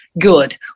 Good